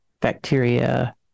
bacteria